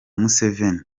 museveni